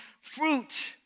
fruit